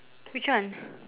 which one